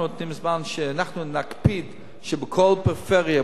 אנחנו נותנים זמן שאנחנו נקפיד שבכל פריפריה,